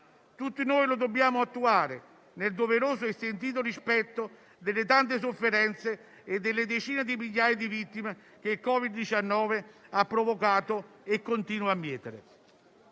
Tutti noi lo dobbiamo attuare nel doveroso e sentito rispetto delle tante sofferenze e delle decine di migliaia di vittime che il Covid-19 ha provocato e continua a mietere.